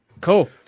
Cool